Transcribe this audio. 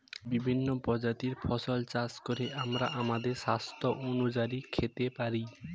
বিভিন্ন প্রজাতির ফসল চাষ করে আমরা আমাদের স্বাস্থ্য অনুযায়ী খেতে পারি